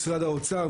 משרד האוצר,